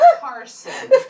Carson